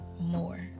more